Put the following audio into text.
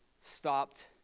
stopped